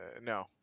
No